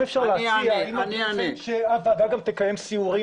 אם אפשר להציע שהוועדה גם תקיים סיורים